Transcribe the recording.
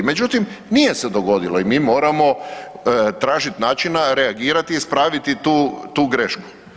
Međutim, nije se dogodilo i mi moramo tražiti načina, reagirati, ispraviti tu grešku.